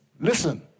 Listen